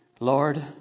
Lord